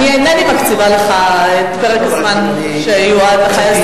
אני אינני מקציבה לך את פרק הזמן שיועד לך,